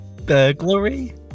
Burglary